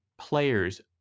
Players